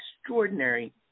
extraordinary